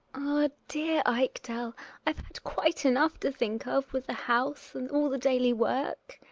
ah! dear ekdal, i've had quite enough to think of with the house and all the daily work